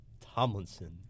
Tomlinson